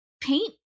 paint